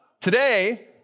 Today